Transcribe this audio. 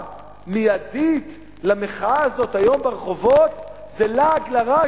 מיידית למחאה הזאת היום ברחובות זה לעג לרש,